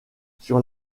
sur